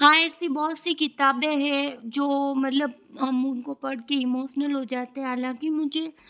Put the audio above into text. हाँ ऐसी बहुत सी किताबें है जो मतलब हम उनको पढ़ कर इमोशनल हो जाते हालाँकि मुझे